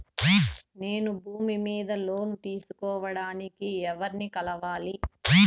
నేను భూమి మీద లోను తీసుకోడానికి ఎవర్ని కలవాలి?